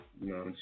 No